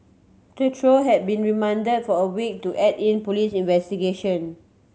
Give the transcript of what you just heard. the trio have been remand for a week to aid in police investigation